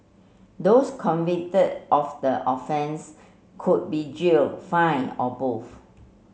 those convicted of the offence could be jailed fined or both